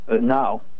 now